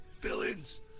Villains